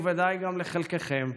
ובוודאי גם לחלקכם,